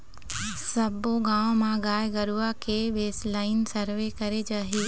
सब्बो गाँव म गाय गरुवा के बेसलाइन सर्वे करे जाही